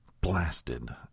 blasted